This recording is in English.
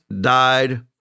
died